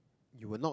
you will not